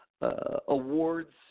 awards